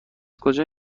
کجا